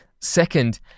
Second